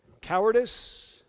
Cowardice